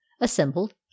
assembled